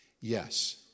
Yes